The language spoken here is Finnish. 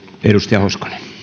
arvoisa herra